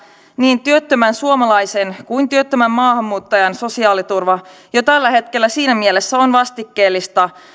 niin työttömän suomalaisen kuin työttömän maahanmuuttajan sosiaaliturva jo tällä hetkellä on vastikkeellista siinä mielessä